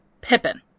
Pippin